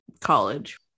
college